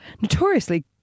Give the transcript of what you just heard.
notoriously